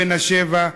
בן שבע,